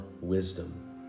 wisdom